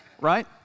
Right